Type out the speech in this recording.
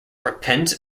repent